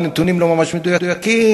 הנתונים לא ממש מדויקים.